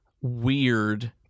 weird